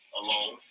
alone